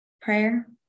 prayer